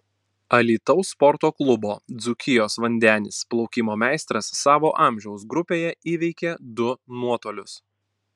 alytaus sporto klubo dzūkijos vandenis plaukimo meistras savo amžiaus grupėje įveikė du nuotolius